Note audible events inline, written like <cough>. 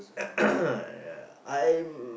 <noise> ya I'm